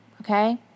okay